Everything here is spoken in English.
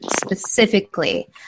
specifically